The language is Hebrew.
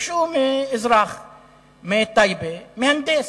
ביקשו מאזרח מטייבה, מהנדס,